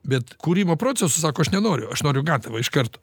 bet kūrimo procesu sako aš nenoriu aš noriu gatavo iš karto